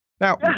Now